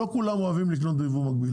לא כולם אוהבים לקנות בייבוא מקביל,